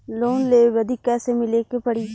Loan लेवे बदी कैसे मिले के पड़ी?